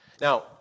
Now